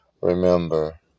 Remember